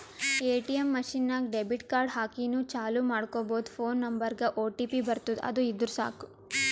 ATM machine ನಾಗ್ debit card ಹಾಕಿನೂ ಚಾಲೂ ಮಾಡ್ಕೊಬೋದು ಫೋನ್ ನಂಬರ್ಗ್ ಒಟಿಪಿ ಬರ್ತುದ್ ಅದು ಇದ್ದುರ್ ಸಾಕು